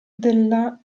della